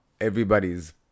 everybody's